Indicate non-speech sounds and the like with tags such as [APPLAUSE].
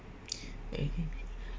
[NOISE] mm